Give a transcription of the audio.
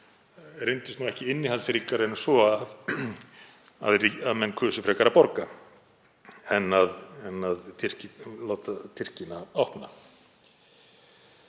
reyndust ekki innihaldsríkari en svo að menn kusu frekar að borga en að láta Tyrkina opna.